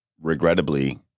regrettably